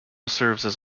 serves